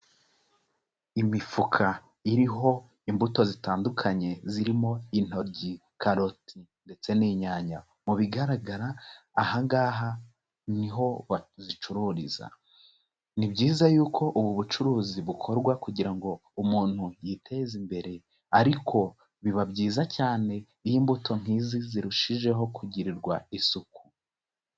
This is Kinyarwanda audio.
Imifuka iriho imbuto zitandukanye zirimo intoryi, karoti, ndetse n'inyanya, mu bigaragara aha ngaha ni ho bazicururiza. Ni byiza yuko ubu bucuruzi bukorwa kugira ngo umuntu yiteze imbere, ariko biba byiza cyane iyo imbuto nk'izi zirushijeho kugirirwa isuku.